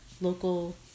local